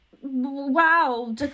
wow